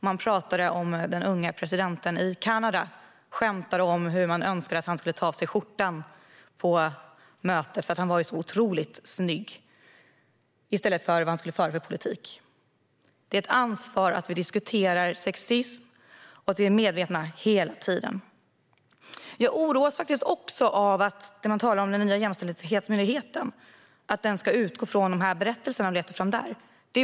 Man talade om den unge premiärministern i Kanada, skämtade om hur man önskade att han skulle ta av sig skjortan på mötet, för han var så otroligt snygg, i stället för att tala om vad han skulle föra för politik. Det är ett ansvar att vi diskuterar sexism och att vi hela tiden är medvetna. När man talar om den nya jämställdhetsmyndigheten oroas jag av att den ska utgå från berättelserna och leta fram saker där.